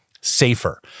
safer